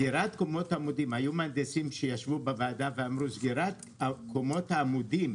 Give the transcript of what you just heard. היו מהנדסים שישבו בוועדה ואמרו: אם סוגרים את קומות העמודים,